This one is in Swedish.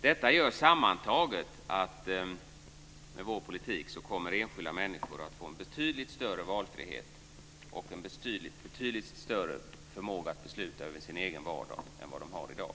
Detta gör sammantaget att med vår politik kommer enskilda människor att få en betydligt större valfrihet och en betydligt större förmåga att besluta över sin egen vardag än vad de har i dag.